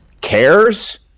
cares